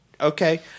Okay